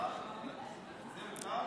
זה מותר?